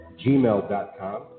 gmail.com